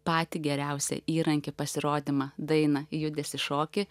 patį geriausią įrankį pasirodymą dainą judesį šokį